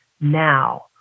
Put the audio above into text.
now